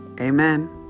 Amen